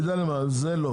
זה לא,